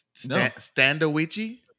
Standoichi